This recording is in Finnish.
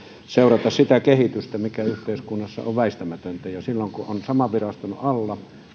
seurata sitä kehitystä mikä yhteiskunnassa on väistämätöntä ja silloin kun kaikki tehtävät ovat saman viraston alla